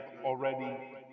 already